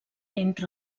entre